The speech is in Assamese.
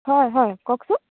হয় হয় কওকচোন